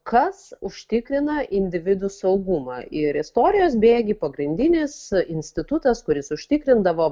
kas užtikrina individų saugumą ir istorijos bėgy pagrindinis institutas kuris užtikrindavo